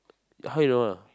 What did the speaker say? how you know